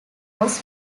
was